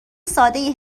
سادهای